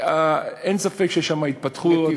אין ספק שיש שם התפתחות,